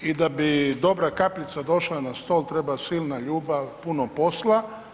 I da bi dobra kapljica došla na stol treba silna ljubav, puno posla.